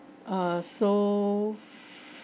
uh so